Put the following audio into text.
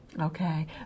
Okay